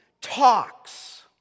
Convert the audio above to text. talks